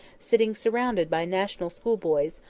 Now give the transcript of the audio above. sitting surrounded by national school boys,